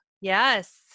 Yes